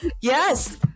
Yes